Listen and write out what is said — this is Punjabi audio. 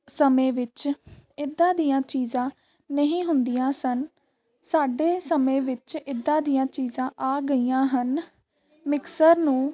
ਸਮੇਂ ਵਿੱਚ ਇੱਦਾਂ ਦੀਆਂ ਚੀਜ਼ਾਂ ਨਹੀਂ ਹੁੰਦੀਆਂ ਸਨ ਸਾਡੇ ਸਮੇਂ ਵਿੱਚ ਇੱਦਾਂ ਦੀਆਂ ਚੀਜ਼ਾਂ ਆ ਗਈਆਂ ਹਨ ਮਿਕਸਰ ਨੂੰ